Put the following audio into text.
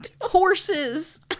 Horses